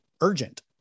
urgent